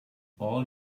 all